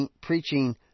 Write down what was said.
preaching